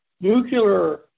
nuclear